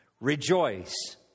Rejoice